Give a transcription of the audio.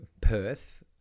Perth